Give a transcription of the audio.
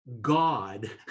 god